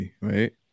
right